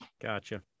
Gotcha